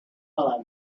while